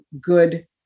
good